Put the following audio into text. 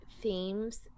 themes